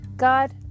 God